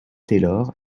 taylor